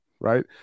right